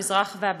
המזרח והבלקן.